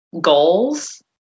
goals